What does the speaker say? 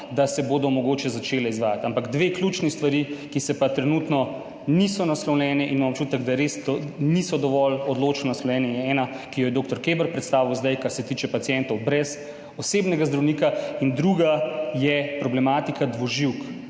da se bodo mogoče začele izvajati. Ampak dve ključni stvari, ki pa trenutno nista naslovljeni, in imam občutek da res nista dovolj odločno naslovljeni, ena je ta, ki jo je predstavil dr. Keber zdaj, kar se tiče pacientov brez osebnega zdravnika, druga je problematika dvoživk.